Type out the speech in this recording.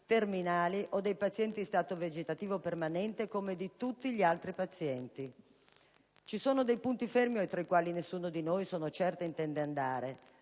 terminali o dei pazienti in stato vegetativo permanente, come di tutti gli altri pazienti. Ci sono dei punti fermi oltre i quali nessuno di noi, sono certa, intende andare: